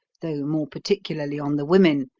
though more particularly on the women,